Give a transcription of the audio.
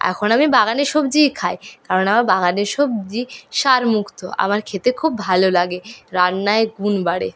এখন আমি বাগানের সবজিই খাই কারণ আমার বাগানের সবজি সারমুক্ত আমার খেতে খুব ভালো লাগে রান্নায় গুণ বাড়ে